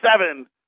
seven